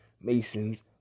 Masons